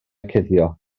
cuddio